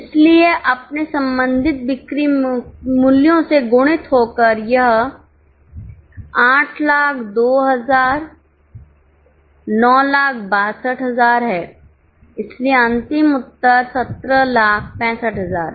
इसलिए अपने संबंधित बिक्री मूल्यों से गुणित होकर यह 802000 962000 है इसलिए अंतिम उत्तर 1765000 है